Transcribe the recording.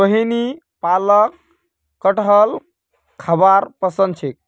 रोहिणीक पकाल कठहल खाबार पसंद छेक